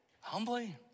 humbly